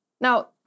Now